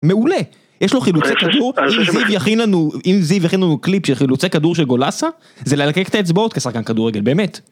מעולה, יש לו חילוצי כדור, אם זיו יכין לנו קליפ של חילוצי כדור של גולסה, זה ללקק את האצבעות כשחקן כדורגל, באמת.